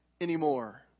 anymore